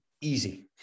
easy